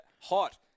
Hot